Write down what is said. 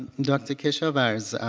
dr. keshavarz,